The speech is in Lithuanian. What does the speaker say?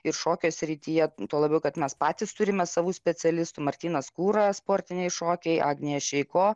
ir šokio srityje tuo labiau kad mes patys turime savų specialistų martynas kūra sportiniai šokiai agnė šeiko